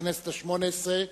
הכנסת השמונה-עשרה.